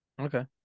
Okay